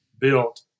built